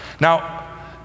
Now